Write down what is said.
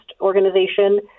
organization